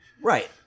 right